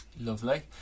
Lovely